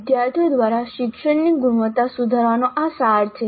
વિદ્યાર્થીઓ દ્વારા શિક્ષણની ગુણવત્તા સુધારવાનો આ સાર છે